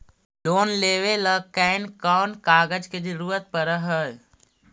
Loan लेबे ल कैन कौन कागज के जरुरत पड़ है?